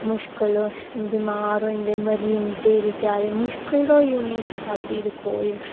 मुश्कल बमार होई जंदे मरी जंदे बचारे मुश्कल गै होई हून इक स्हाबै दिक्खो एह्दे